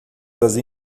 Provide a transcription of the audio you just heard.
das